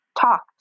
talk